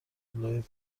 لای